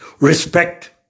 respect